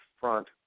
front